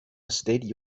state